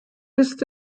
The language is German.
ist